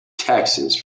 texts